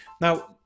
Now